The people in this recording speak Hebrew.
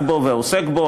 עסק בו ועוסק בו.